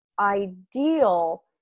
ideal